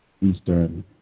Eastern